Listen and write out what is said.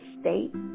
state